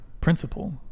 principle